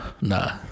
nah